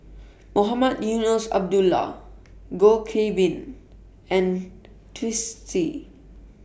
Mohamed Eunos Abdullah Goh Qiu Bin and Twisstii